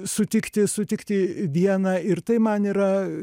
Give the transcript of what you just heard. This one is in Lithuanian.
sutikti sutikti dieną ir tai man yra